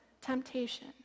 temptation